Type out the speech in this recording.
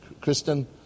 Kristen